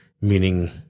Meaning